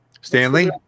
Stanley